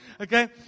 Okay